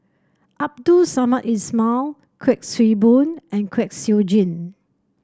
Abdul Samad Ismail Kuik Swee Boon and Kwek Siew Jin